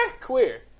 Queer